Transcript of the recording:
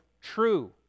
true